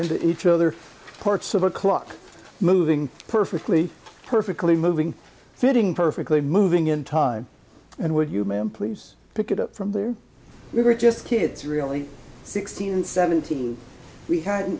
into each other parts of a clock moving perfectly perfectly moving sitting perfectly moving in time and would you ma'am please pick it up from there we were just kids really sixteen and seventeen we hadn't